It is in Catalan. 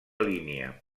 línia